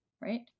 right